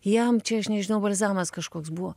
jam čia aš nežinau balzamas kažkoks buvo